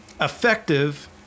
effective